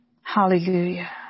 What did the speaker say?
Hallelujah